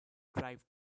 drive